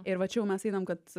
ir va čia jau mes einam kad